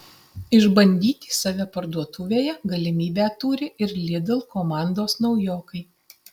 išbandyti save parduotuvėje galimybę turi ir lidl komandos naujokai